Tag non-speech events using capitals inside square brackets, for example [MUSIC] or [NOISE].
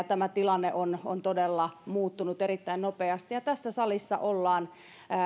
[UNINTELLIGIBLE] tämä tilanne on on todella muuttunut erittäin nopeasti ja tässä salissa ollaan